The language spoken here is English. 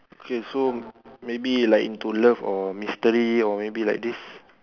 okay so maybe like into love or mystery or maybe like this